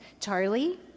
Charlie